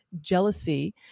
jealousy